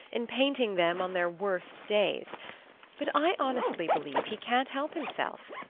in painting them on their worst days but i honestly believe he can't help himself.